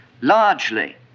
Largely